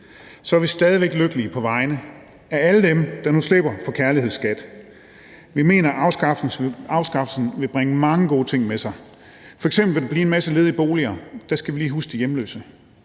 er vi stadig væk lykkelige på vegne af alle dem, der nu slipper for kærlighedsskat. Vi mener, at afskaffelsen vil bringe mange gode ting med sig. F.eks. vil der blive en masse boliger ledige, og der skal vi lige huske de hjemløse,